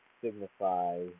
signify